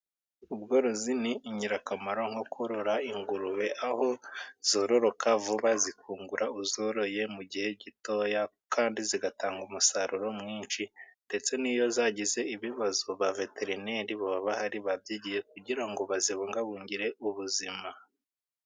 Ubworozi ni ingirakamaro nko kurora ingurube, aho zororoka vuba, zikungura uzoroye mu gihe gitoya kandi zigatanga umusaruro mwinshi, ndetse n'iyo zagize ibibazo, ba veterineri baba bahari babyigiye, kugira ngo bazibungabungire ubuzima.